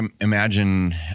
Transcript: imagine